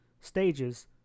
stages